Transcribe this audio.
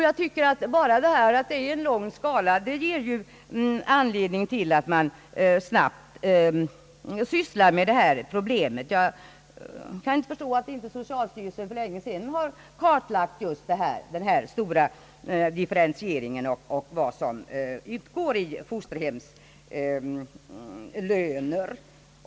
Jag tycker att enbart det faktum, att det är en lång skala av olika ersättningar ger anledning till att snabbt gripa sig an med detta problem. Jag kan inte förstå att socialstyrelsen inte för länge sedan fått kartlägga denna stora differentiering och vad som utgår i fosterhemslöner.